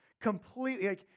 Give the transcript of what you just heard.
Completely